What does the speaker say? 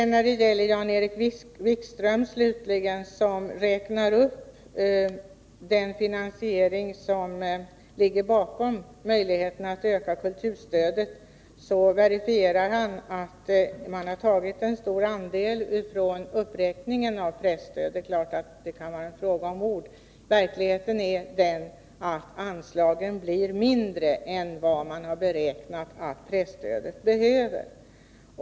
När Jan-Erik Wikström redogjorde för den finansiering som ligger bakom våra olika möjligheter att öka kulturstödet verifierade han att folkpartiet har tagit en stor andel från uppräkningen av presstödet. Det är klart att det här också kan vara en fråga om ord, men verkligheten är att anslagen blir mindre än vad man har beräknat att presstödet behöver.